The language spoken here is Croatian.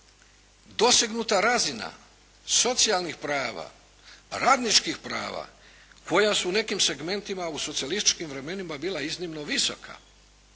dosegnuta razina socijalnih prava, radničkih prava koja su u nekim segmentima u socijalističkim vremenima bila iznimno visoka